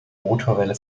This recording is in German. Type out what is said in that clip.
motorwelle